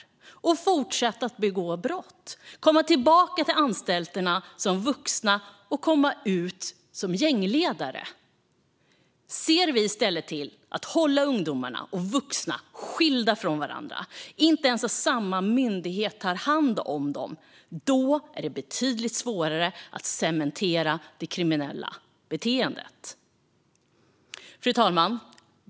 De kommer att fortsätta att begå brott, komma tillbaka till anstalterna som vuxna och komma ut som gängledare. Ser vi i stället till att hålla ungdomar och vuxna skilda från varandra - och att det inte ens är samma myndigheter som tar hand om dem - är det betydligt svårare att cementera det kriminella beteendet. Fru talman!